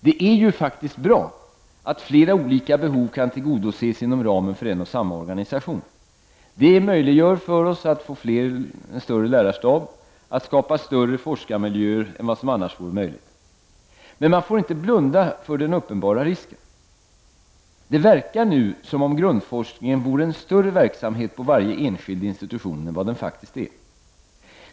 Det är faktiskt bra att flera olika behov kan tillgodoses inom ramen för en och samma organisation; det möjliggör för oss att få en större lärarstab och att skapa större forskarmiljöer än vad som annars vore möjligt. Men man får inte blunda för den uppenbara risken. Det verkar nu som om grundforskningen vore en större verksamhet på varje enskild institution än vad den faktiskt är.